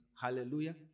Hallelujah